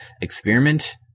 experiment